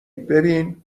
ببین